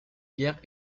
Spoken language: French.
guerres